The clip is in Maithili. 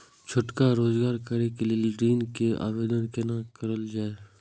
छोटका रोजगार करैक लेल ऋण के आवेदन केना करल जाय?